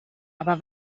aber